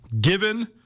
given